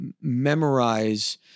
memorize